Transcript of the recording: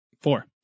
Four